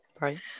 right